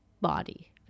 body